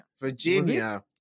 Virginia